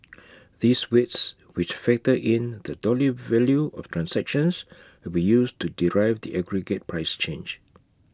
these weights which factor in the dollar value of transactions will be used to derive the aggregate price change